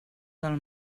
del